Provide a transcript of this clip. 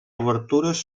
obertures